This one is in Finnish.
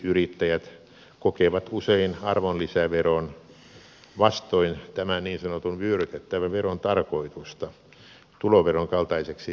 yrittäjät erityisesti yksinyrittäjät kokevat usein arvonlisäveron vastoin tämän niin sanotun vyörytettävän veron tarkoitusta tuloveron kaltaiseksi verorasitukseksi